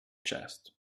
chest